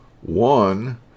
One